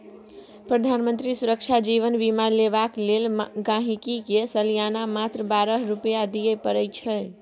प्रधानमंत्री सुरक्षा जीबन बीमा लेबाक लेल गांहिकी के सलियाना मात्र बारह रुपा दियै परै छै